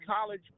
college